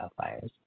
wildfires